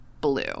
blue